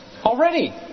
Already